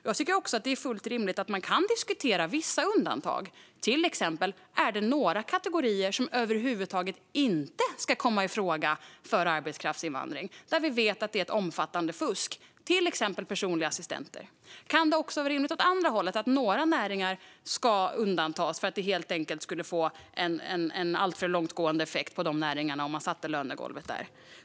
Jag tycker också att det är fullt rimligt att diskutera vissa undantag, till exempel om det är några kategorier som över huvud taget inte ska komma i fråga för arbetskraftsinvandring, kategorier där vi vet att det finns ett omfattande fusk, till exempel personliga assistenter. Kan det också vara rimligt att se det från andra hållet: att några näringar ska undantas för att det helt enkelt skulle ha en alltför långtgående effekt för de näringarna om man satte lönegolvet där?